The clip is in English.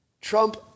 Trump